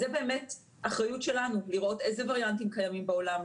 אז זאת באמת אחריות שלנו לראות איזה וריאנטים קיימים בעולם,